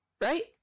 right